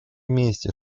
вместе